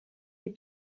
est